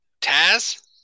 Taz